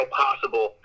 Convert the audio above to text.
possible